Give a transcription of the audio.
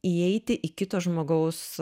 įeiti į kito žmogaus